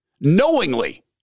knowingly